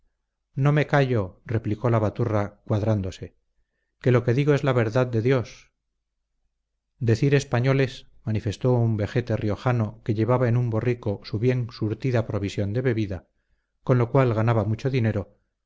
no me callo replicó la baturra cuadrándose que lo que digo es la verdad de dios decir españoles manifestó un vejete riojano que llevaba en un borrico su bien surtida provisión de bebida con lo cual ganaba mucho dinero